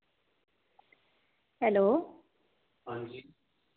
hello हां जी